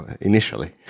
initially